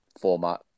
format